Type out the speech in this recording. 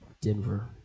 Denver